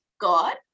God